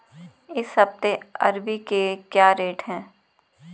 इस हफ्ते अरबी के क्या रेट हैं?